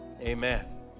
amen